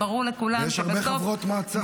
וברור לכולם שבסוף דמוקרטיות --- יש הרבה חברות מועצה,